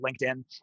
LinkedIn